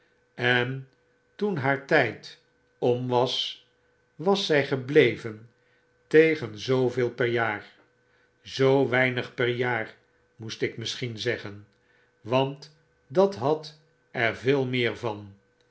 en toen haar tyd om was was zy gebleven tegen zooveel per jaar zoo weinig per jaar moest ik misschien zeggen want dat had er veel meer van